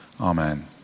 Amen